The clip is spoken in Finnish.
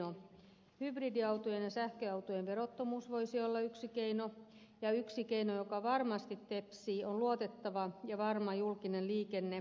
hybridiautojen ja sähköautojen verottomuus voisi olla yksi keino ja yksi keino joka varmasti tepsii on luotettava ja varma julkinen liikenne